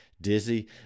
dizzy